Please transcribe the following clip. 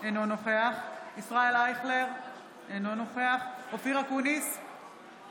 אינו נוכח ישראל אייכלר, אינו נוכח אופיר אקוניס,